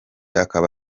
akaba